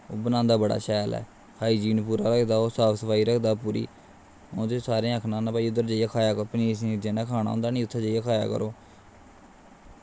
ओह् बनांदा बड़ा शैल ऐ हाइजीन पूरा रखदा ओह् साफ सफाई पूरी रखदा अ'ऊं ते सारें गी अक्खना होना कि उत्थेै जाइयै खाओ पनीर शनीर जि'नें खाना होंदा नी उत्थै जाइयै खाया करो